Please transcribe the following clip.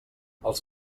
els